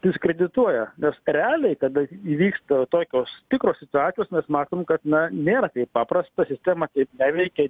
diskredituoja nes realiai kada įvyksta tokios tikros situacijos mes matom kad na nėra taip paprasta sistema kaip neveikė